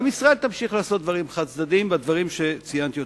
גם ישראל תמשיך לעשות דברים חד-צדדיים בדברים שציינתי אותם.